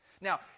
Now